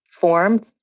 formed